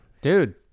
dude